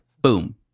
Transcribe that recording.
boom